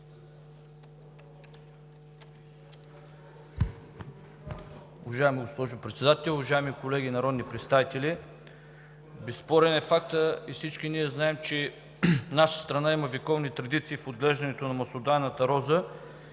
Уважаема госпожо Председател, уважаеми колеги народни представители! Безспорен е фактът и всички ние знаем, че нашата страна има вековни традиции в отглеждането на маслодайната роза